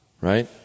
right